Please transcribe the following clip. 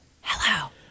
Hello